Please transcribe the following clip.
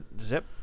zip